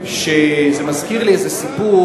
זה מזכיר לי איזה סיפור: